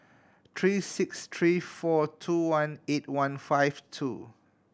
three six three four two one eight one five two